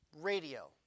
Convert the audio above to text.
radio